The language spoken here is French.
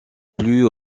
plus